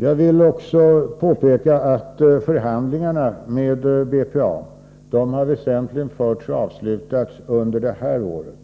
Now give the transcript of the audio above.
Jag vill också påpeka att förhandlingarna med BPA väsentligen förts och avslutats under det här året.